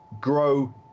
grow